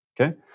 okay